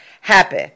happy